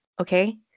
okay